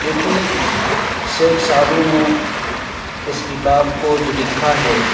کیونکہ Sheikh Saadi نے اس کتاب کو جو لکھا ہے